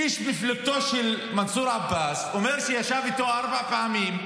איש מפלגתו של מנסור עבאס אומר שהוא ישב איתו ארבע פעמים,